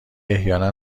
احیانا